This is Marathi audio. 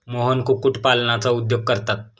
मोहन कुक्कुटपालनाचा उद्योग करतात